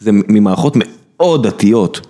זה ממערכות מאוד דתיות.